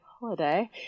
holiday